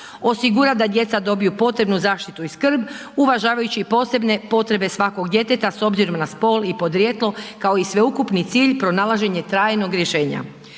osigurat da djeca dobiju potrebnu zaštitu i skrb uvažavajući posebne potrebe svakog djeteta s obzirom na spol i podrijetlo, kao i sveukupni cilj pronalaženje trajnog rješenja.